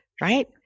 right